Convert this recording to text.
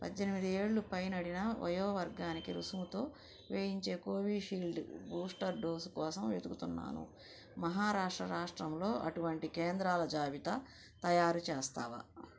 పద్దెనిమిది ఏళ్ళు పైనబడిన వయో వర్గానికి రుసుముతో వేయించే కోవీషీల్డ్ బూస్టర్ డోసు కోసం వెతుకుతున్నాను మహారాష్ట్ర రాష్ట్రంలో అటువంటి కేంద్రాల జాబితా తయారుచేస్తావా